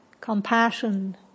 compassion